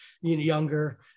younger